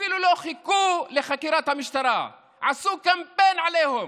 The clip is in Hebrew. אפילו לא חיכו לחקירת המשטרה, עשו קמפיין עליהום.